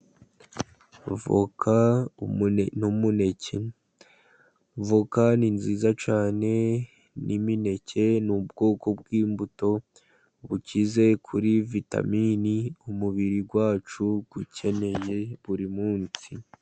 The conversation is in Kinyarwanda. Avoka n'umuneke, avoka ni nziza cyane n'imineke ni ubwoko bw'imbuto bukize kuri vitamini, umubiri wacu ukeneye buri munsi.